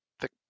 thick